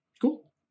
Cool